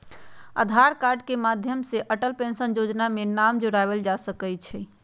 आधार card के माध्यम से अटल पेंशन जोजना में नाम जोरबायल जा सकइ छै